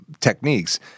techniques